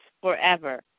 forever